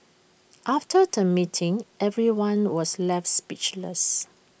after the meeting everyone was left speechless